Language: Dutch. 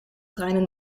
treinen